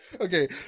okay